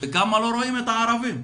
וכמה לא רואים את הערבים.